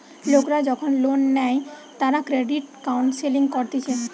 লোকরা যখন লোন নেই তারা ক্রেডিট কাউন্সেলিং করতিছে